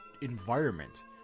environment